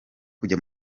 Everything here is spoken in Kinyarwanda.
kujya